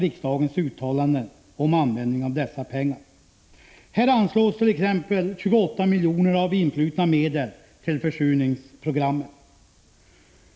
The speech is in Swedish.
1985/86:118 riksdagens uttalande om användningen av dessa pengar. Här anslås t.ex. 28 — 16 april 1986 milj.kr. av influtna medel till försurningsprogrammet.